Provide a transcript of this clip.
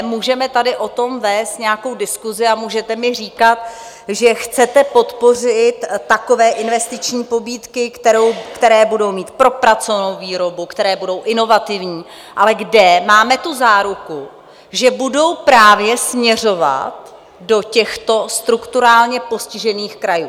Můžeme tady o tom vést nějakou diskusi a můžete mi říkat, že chcete podpořit takové investiční pobídky, které budou mít propracovanou výrobu, které budou inovativní, ale kde máme tu záruku, že budou právě směřovat do těchto strukturálně postižených krajů?